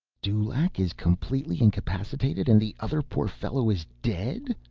dulaq is completely incapacitated and the other poor fellow is dead?